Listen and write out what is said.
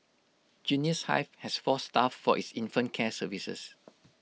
Genius hive has four staff for its infant care services